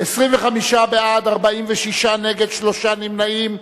25 בעד, 46 נגד, שלושה נמנעים.